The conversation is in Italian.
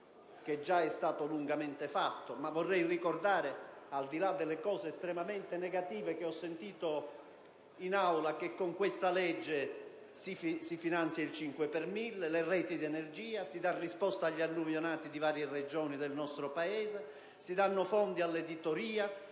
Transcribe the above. già lungamente riproposto, anche se vorrei ricordare, al di là delle cose estremamente negative che ho sentito in Aula, che con questa legge si finanziano il 5 per mille e le reti di energia, si dà risposta agli alluvionati di varie Regioni del nostro Paese, si danno fondi all'editoria,